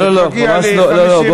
מגיע לי 50, לא, לא, לא, ממש לא.